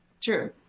True